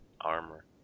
armor